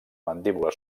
mandíbula